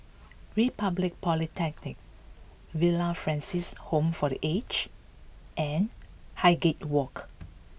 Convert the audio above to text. Republic Polytechnic Villa Francis Home for the Aged and Highgate Walk